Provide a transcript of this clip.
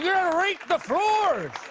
yeah rake the floors!